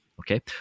Okay